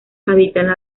habita